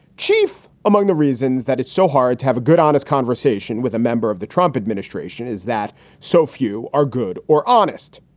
chief, among the reasons that it's so hard to have a good, honest conversation with a member of the trump administration is that so few are good or honest,